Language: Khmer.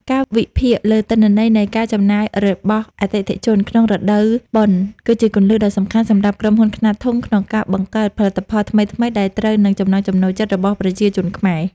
ការវិភាគលើទិន្នន័យនៃការចំណាយរបស់អតិថិជនក្នុងរដូវបុណ្យ គឺជាគន្លឹះដ៏សំខាន់សម្រាប់ក្រុមហ៊ុនខ្នាតធំក្នុងការបង្កើតផលិតផលថ្មីៗដែលត្រូវនឹងចំណង់ចំណូលចិត្តរបស់ប្រជាជនខ្មែរ។